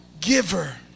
giver